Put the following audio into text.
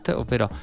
ovvero